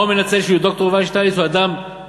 מה הוא מנצל את זה שד"ר יובל שטייניץ הוא אדם הגון,